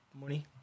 money